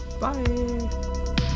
Bye